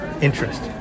interest